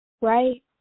Right